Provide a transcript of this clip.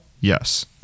Yes